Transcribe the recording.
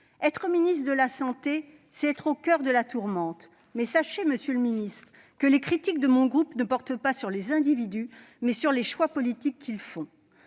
Être ministre de la santé, c'est être au coeur de la tourmente ; aussi, sachez-le, monsieur le ministre, les critiques de mon groupe portent non sur les individus mais sur les choix politiques que font